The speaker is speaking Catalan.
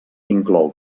inclou